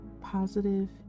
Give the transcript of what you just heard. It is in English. positive